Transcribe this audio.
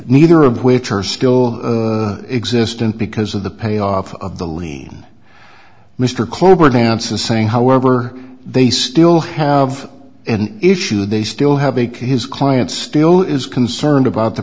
neither of which are still existant because of the pay off of the lean mr korb announces saying however they still have an issue they still have a can his client still is concerned about the